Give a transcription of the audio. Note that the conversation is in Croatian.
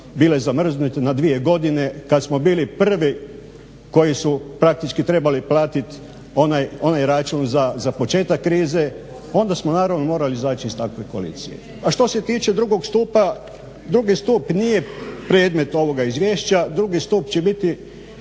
bile zamrznute na dvije godine, kada smo bili prvi koji su praktički trebali platiti onaj račun za početak krize, onda smo naravno morali izaći iz takve koalicije. A što se tiče drugog stupa, drugi stup nije predmet ovog izvješća, drugi stup će biti